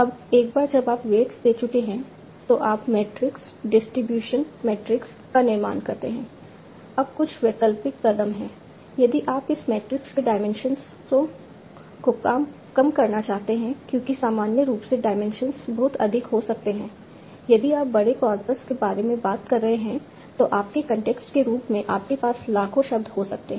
अब एक बार जब आप वेट्स दे चुके हैं तो आप मैट्रिक्स डिस्ट्रीब्यूशन मैट्रिक्स का निर्माण करते हैं अब कुछ वैकल्पिक कदम है यदि आप इस मैट्रिक्स के डायमेंशनों को कम करना चाहते हैं क्योंकि सामान्य रूप से डायमेंशन बहुत अधिक हो सकते हैं यदि आप बड़े कॉर्पस के बारे में बात कर रहे हैं तो आपके कॉन्टेक्स्ट के रूप में आपके पास लाखों शब्द हो सकते हैं